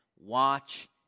watch